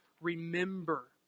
remember